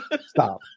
Stop